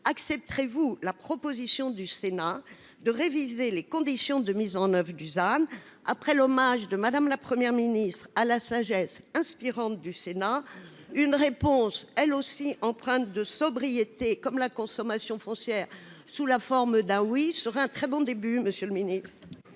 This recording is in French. accepterez-vous la proposition du Sénat de réviser les conditions de mise en oeuvre du ZAN ? Après l'hommage de Mme la Première ministre à la sagesse inspirante du Sénat, une réponse elle aussi empreinte de sobriété- comme la consommation foncière -sous la forme d'un « oui » serait un très bon début ! La parole est